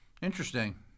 Interesting